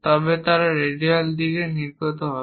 তবে তারা রেডিয়াল দিকে নির্গত হবে